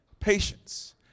Patience